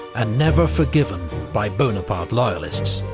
and never forgiven by bonaparte loyalists.